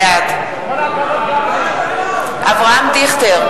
בעד אברהם דיכטר,